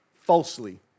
falsely